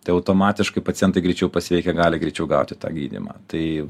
tai automatiškai pacientai greičiau pasveikę gali greičiau gauti tą gydymą tai